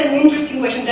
interesting question.